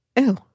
Ew